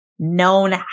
known